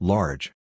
Large